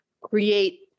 create